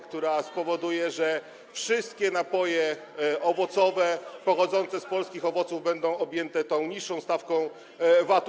która spowoduje, że wszystkie napoje owocowe wytwarzane z polskich owoców będą objęte niższą stawką VAT.